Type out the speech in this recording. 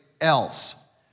else